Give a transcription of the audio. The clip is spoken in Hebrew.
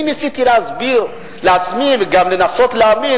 אני ניסיתי להסביר לעצמי וגם לנסות להבין